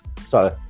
sorry